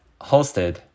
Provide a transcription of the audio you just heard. hosted